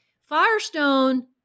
Firestone